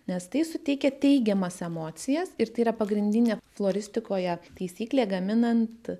nes tai suteikia teigiamas emocijas ir tai yra pagrindinė floristikoje taisyklė gaminant